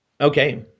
Okay